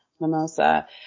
Mimosa